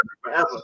forever